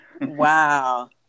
Wow